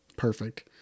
Perfect